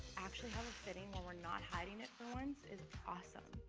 actually have a fitting where we're not hiding it for once is awesome.